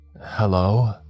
Hello